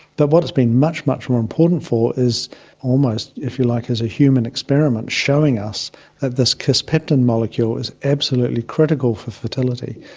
but what it's been much, much more important for is almost, if you like, as a human experiment showing us that this kisspeptin molecule is absolutely critical for fertility.